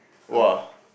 !wah!